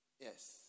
Yes